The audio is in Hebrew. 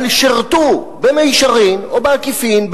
אבל שירתו במישרין או בעקיפין,